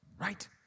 Right